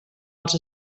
els